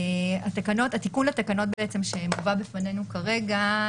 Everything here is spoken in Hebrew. התיקון לתקנות שמובא בפנינו כרגע,